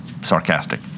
Sarcastic